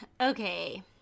Okay